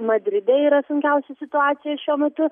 madride yra sunkiausia situacija šiuo metu